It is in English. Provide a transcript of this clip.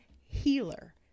healer